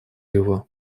его